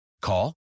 Call